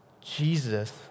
Jesus